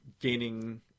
gaining